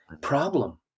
problem